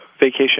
vacation